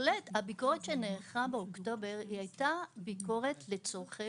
הביקורת שנערכה באוקטובר הייתה ביקורת לצורכי